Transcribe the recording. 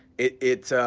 it's,